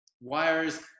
wires